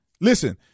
Listen